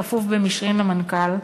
הכפוף במישרין למנכ"ל,